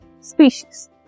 species